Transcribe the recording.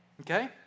Okay